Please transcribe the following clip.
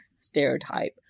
stereotype